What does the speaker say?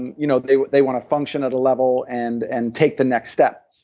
and you know they they want to function at a level and and take the next step.